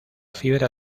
fibra